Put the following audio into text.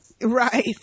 Right